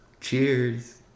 Cheers